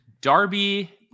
Darby